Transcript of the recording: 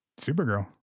Supergirl